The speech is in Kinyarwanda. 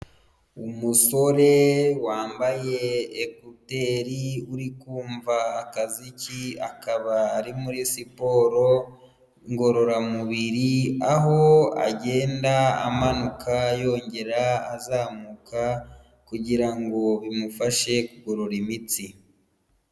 Umusore wambaye ekuteri uri kumva akaziki, akaba ari muri siporo ngororamubiri aho agenda amanuka yongera azamuka kugira ngo bimufashe kugorora imitsi.